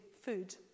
food